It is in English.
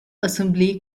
assembly